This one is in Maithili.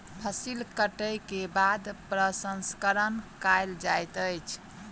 फसिल कटै के बाद प्रसंस्करण कयल जाइत अछि